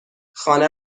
خانه